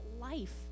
life